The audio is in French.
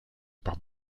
par